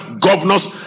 governors